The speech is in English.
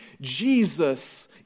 Jesus